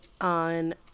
On